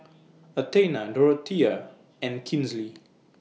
Athena Dorthea and Kinsley